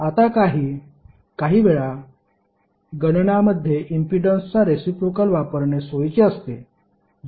आता काही वेळा गणनामध्ये इम्पीडन्सचा रेसिप्रोकेल वापरणे सोयीचे असते